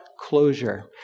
closure